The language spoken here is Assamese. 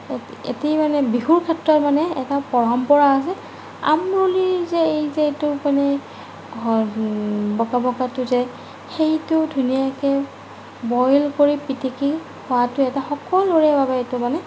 এটি মানে বিহুৰ সময়ত মানে এটা পৰম্পৰা আছে আমৰলিৰ যে এই যে এইটো মানে বগা বগাটো যে সেইটো ধুনীয়াকে বইল কৰি পিটিকি খোৱাটো এটা সকলোৰে মানে